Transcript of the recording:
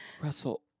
Russell